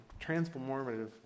transformative